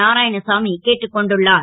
நாராயணசாமி கேட்டுக் கொண்டுள்ளார்